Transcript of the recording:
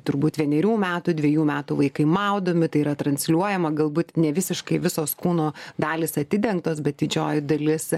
turbūt vienerių metų dvejų metų vaikai maudomi tai yra transliuojama galbūt nevisiškai visos kūno dalys atidengtos bet didžioji dalis